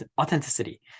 authenticity